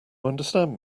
understand